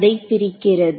அதை பிரிக்கிறது